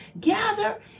gather